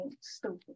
stupid